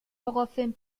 horrorfilm